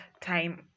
time